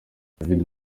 david